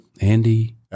Andy